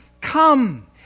come